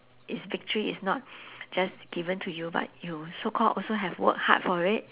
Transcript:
its victory is not just given to you but you so called also have worked hard for it